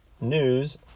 News